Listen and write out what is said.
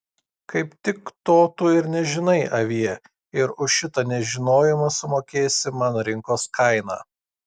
kaip tik to tu ir nežinai avie ir už šitą nežinojimą sumokėsi man rinkos kainą